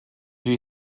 you